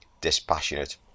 dispassionate